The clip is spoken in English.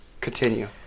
continue